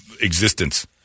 existence